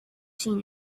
seen